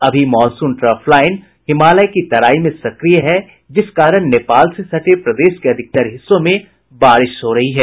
अभी monsoon trough Himalaya की तराई में सक्रिय है जिस कारण नेपाल से सटे प्रदेश के अधिकतर हिस्सों में बारिश हो रही है